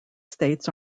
states